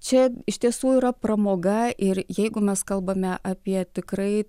čia iš tiesų yra pramoga ir jeigu mes kalbame apie tikrai